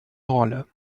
rolle